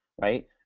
right